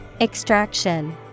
Extraction